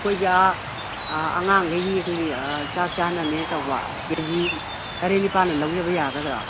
ꯑꯩꯈꯣꯏꯒꯤ ꯑꯉꯥꯡꯒꯩꯒꯤ ꯑꯩꯈꯣꯏꯒꯤ ꯆꯥꯛ ꯆꯥꯅꯅꯦ ꯇꯧꯕ ꯀꯦ ꯖꯤ ꯇꯔꯦꯠ ꯅꯤꯄꯥꯟꯅ ꯂꯧꯖꯕ ꯌꯥꯒꯗ꯭ꯔꯣ